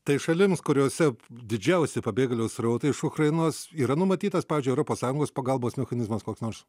tai šalims kuriose didžiausi pabėgėlių srautai iš ukrainos yra numatytas pavyzdžiui europos sąjungos pagalbos mechanizmas koks nors